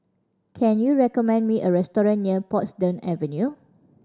can you recommend me a restaurant near Portsdown Avenue